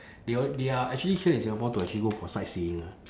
they all they are actually here in singapore to actually go for sightseeing ah